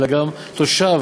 אלא גם תושב